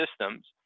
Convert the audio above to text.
systems